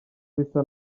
bisa